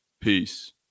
Peace